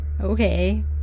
Okay